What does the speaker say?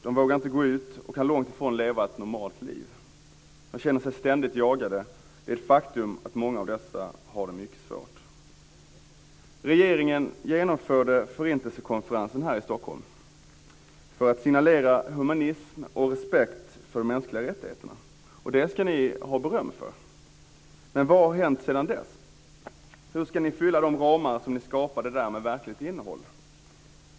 De vågar inte gå ut och kan långt ifrån leva ett normalt liv. De känner sig ständigt jagade. Det är ett faktum att många av dessa människor har det mycket svårt. Regeringen genomförde Förintelsekonferensen här i Stockholm för att signalera humanism och respekt för de mänskliga rättigheterna. Det ska ni ha beröm för. Men vad har hänt sedan dess? Hur ska ni fylla de ramar ni skapade där med verkligt innehåll?